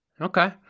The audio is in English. Okay